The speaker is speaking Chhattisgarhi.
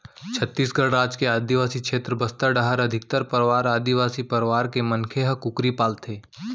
छत्तीसगढ़ राज के आदिवासी छेत्र बस्तर डाहर अधिकतर परवार आदिवासी परवार के मनखे ह कुकरी पालथें